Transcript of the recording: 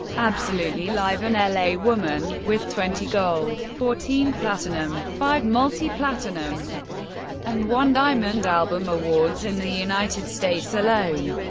absolutely live and l a. woman, with twenty gold, fourteen platinum, five multi-platinum and one diamond album awards in the united states alone.